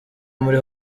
muri